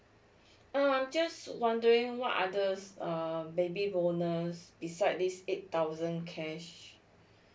mm I'm just wondering what other err baby bonus beside this eight thousand cash